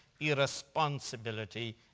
irresponsibility